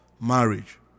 marriage